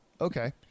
Okay